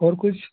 ਹੋਰ ਕੁਛ